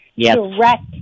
direct